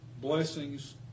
Blessings